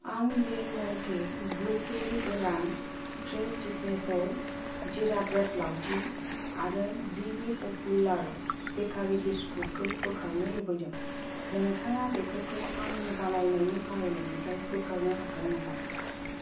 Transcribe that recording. आं डेल मन्टे ब्लुबेरि गोरान फ्रेस सिगनेसार जिरा ब्रेड लाउथि आरो बिबि प'पुलार बेकारि बिस्कुट खौ बोखारनो लुबैदों नोंथाङा बेफोरखौ आंनि बानायनायनि फारिलाइनिफ्राय बोखारनो हागोन नामा